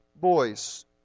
boys